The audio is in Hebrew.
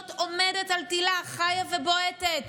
חיה ובועטת.